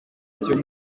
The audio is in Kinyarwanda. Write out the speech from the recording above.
byo